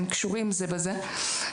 הם קשורים זה בזה.